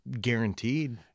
guaranteed